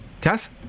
Kath